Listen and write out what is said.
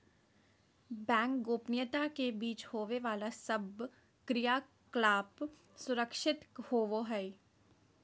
bank गोपनीयता के बीच होवे बाला सब क्रियाकलाप सुरक्षित होवो हइ